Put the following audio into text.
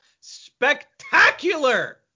spectacular